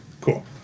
Cool